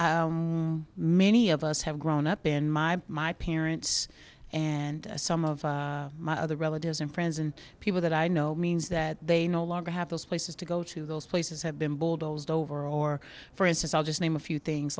many of us have grown up in my my parents and some of my other relatives and friends and people that i know means that they no longer have those places to go to those places have been bulldozed over or for as i'll just name a few things